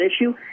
issue